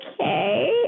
Okay